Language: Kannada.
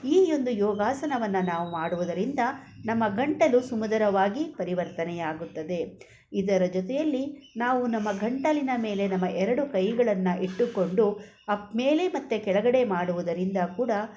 ಈ ಒಂದು ಯೋಗಾಸನವನ್ನು ನಾವು ಮಾಡುವುದರಿಂದ ನಮ್ಮ ಗಂಟಲು ಸುಮಧುರವಾಗಿ ಪರಿವರ್ತನೆಯಾಗುತ್ತದೆ ಇದರ ಜೊತೆಯಲ್ಲಿ ನಾವು ನಮ್ಮ ಗಂಟಲಿನ ಮೇಲೆ ನಮ್ಮ ಎರಡು ಕೈಗಳನ್ನು ಇಟ್ಟುಕೊಂಡು ಅಪ್ ಮೇಲೆ ಮತ್ತೆ ಕೆಳಗಡೆ ಮಾಡುವುದರಿಂದ ಕೂಡ